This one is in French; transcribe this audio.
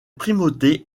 primauté